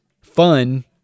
fun